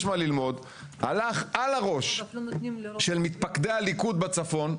הלך על הראש של מתפקדי הליכוד בצפון,